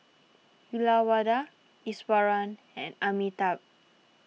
Uyyalawada Iswaran and Amitabh